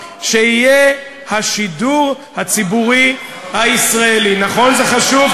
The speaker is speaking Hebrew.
שיהיה "השידור הציבורי הישראלי" נכון שזה חשוב,